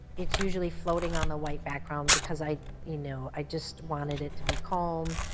it's usually floating on the white background because i you know i just wanted it to be calm,